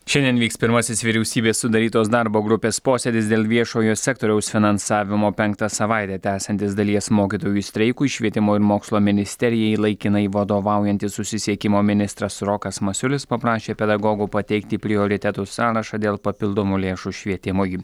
šiandien vyks pirmasis vyriausybės sudarytos darbo grupės posėdis dėl viešojo sektoriaus finansavimo penktą savaitę tęsiantis dalies mokytojų streikui švietimo ir mokslo ministerijai laikinai vadovaujantis susisiekimo ministras rokas masiulis paprašė pedagogų pateikti prioritetų sąrašą dėl papildomų lėšų švietimui